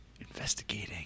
Investigating